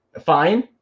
fine